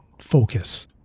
focus